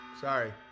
Sorry